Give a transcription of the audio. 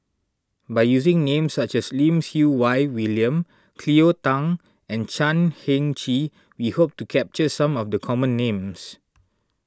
by using names such as Lim Siew Wai William Cleo Thang and Chan Heng Chee we hope to capture some of the common names